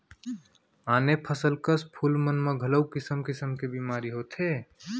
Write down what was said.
आने फसल कस फूल मन म घलौ किसम किसम के बेमारी होथे